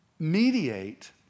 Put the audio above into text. Mediate